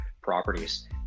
properties